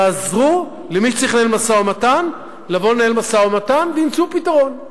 תעזרו למי שצריך לנהל משא-ומתן לבוא לנהל משא-ומתן וימצאו פתרון.